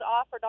offered